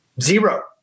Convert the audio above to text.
zero